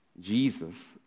Jesus